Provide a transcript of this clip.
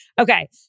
Okay